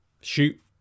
Shoot